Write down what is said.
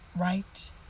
right